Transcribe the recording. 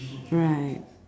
right